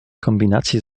kombinacji